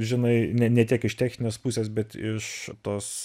žinai ne ne tiek iš techninės pusės bet iš tos